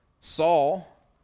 Saul